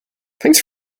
thanks